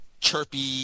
chirpy